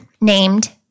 named